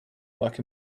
work